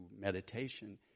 meditation